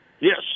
Yes